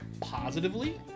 positively